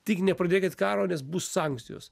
tik nepradėkit karo nes bus sankcijos